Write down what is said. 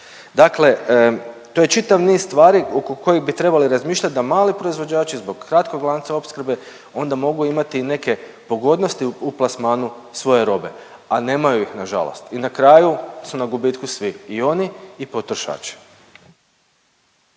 Dakle, to je čitav niz stvari oko kojih bi trebali razmišljati da mali proizvođači zbog kratkog lanca opskrbe onda mogu imati i neke pogodnosti u plasmanu svoje robe, a nemaju ih na žalost. I na kraju su na gubitku svi i oni i potrošači.